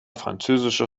französischer